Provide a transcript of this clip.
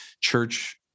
church